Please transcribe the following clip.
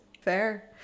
Fair